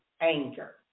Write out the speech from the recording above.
Anger